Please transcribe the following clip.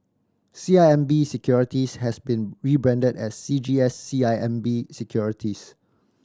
C I M B Securities has been rebranded as C G S C I M B Securities